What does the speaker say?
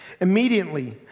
Immediately